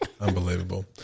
unbelievable